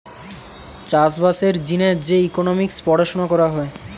চাষ বাসের জিনে যে ইকোনোমিক্স পড়াশুনা করা হয়